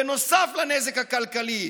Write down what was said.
בנוסף לנזק הכלכלי,